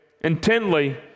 intently